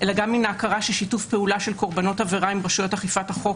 אלא גם מן ההכרה ששיתוף פעולה של קרבנות עבירה עם רשויות אכיפת החוק,